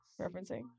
referencing